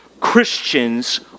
Christians